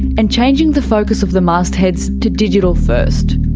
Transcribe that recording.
and changing the focus of the mastheads to digital first.